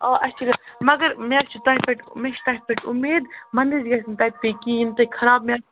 آ اَسہِ چھِ گژھ مگر مےٚ تۄہہِ پٮ۪ٹھ مےٚ چھِ تۄہہِ پٮ۪ٹھ اُمید مَنٛدچھ گژھِ نہٕ تَتہِ پیٚنۍ کِہیٖنۍ تہٕ خراب میٚو